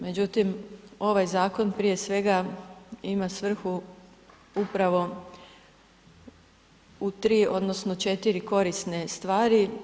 Međutim, ovaj zakon, prije svega ima svrhu upravo u 3, odnosno 4 korisne stvari.